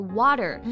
water